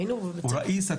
עיר מעורבת.